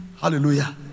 Hallelujah